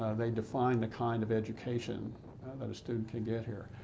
ah they define the kind of education that a student can get here.